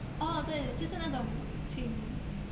哦对就是那种请